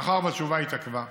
מאחר שהתשובה התעכבה,